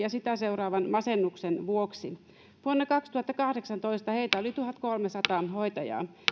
ja sitä seuraavan masennuksen vuoksi vuonna kaksituhattakahdeksantoista heitä oli tuhatkolmesataa hoitajaa